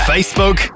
Facebook